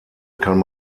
kann